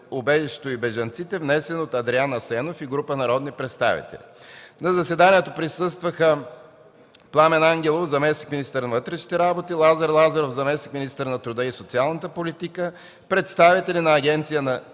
убежището и бежанците, внесен от Адриан Христов Асенов и група народни представители. На заседанието присъстваха господин Пламен Ангелов – заместник-министър на вътрешните работи, господин Лазар Лазаров – заместник-министър на труда и социалната политика, представители на Агенцията